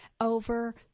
over